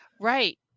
Right